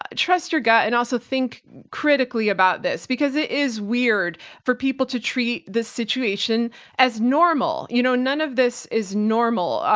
ah trust your gut, and also think critically about this, because it is weird for people to treat this situation as normal. you know, none of this is normal.